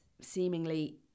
seemingly